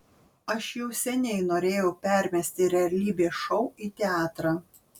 aš jau seniai norėjau permesti realybės šou į teatrą